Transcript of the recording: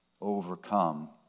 overcome